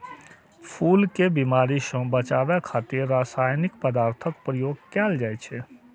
फूल कें बीमारी सं बचाबै खातिर रासायनिक पदार्थक प्रयोग कैल जाइ छै